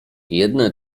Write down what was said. jedne